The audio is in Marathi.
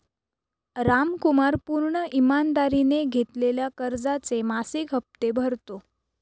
रामकुमार पूर्ण ईमानदारीने घेतलेल्या कर्जाचे मासिक हप्ते भरतो